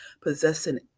possessing